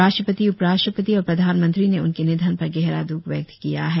राष्ट्रपति उपराष्ट्रपति और प्रधानमंत्री ने उनके निधन पर गहरा द्ख व्यक्त किया है